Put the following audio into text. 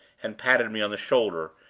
and patted me on the shoulder,